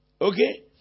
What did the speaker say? Okay